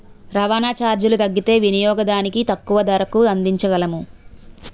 రవాణా చార్జీలు తగ్గితే వినియోగదానికి తక్కువ ధరకు అందించగలము